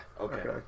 Okay